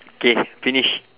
K finish